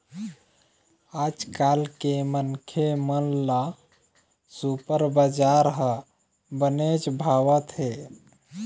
आजकाल के मनखे मन ल सुपर बजार ह बनेच भावत हे